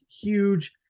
huge